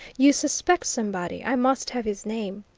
you suspect somebody. i must have his name.